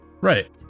Right